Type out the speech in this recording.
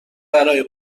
برای